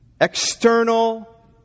external